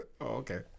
Okay